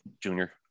Junior